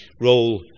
role